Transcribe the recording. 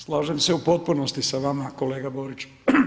Slažem se u potpunosti sa vama, kolega Borić.